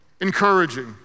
encouraging